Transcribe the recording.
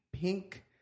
pink